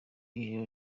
ijoro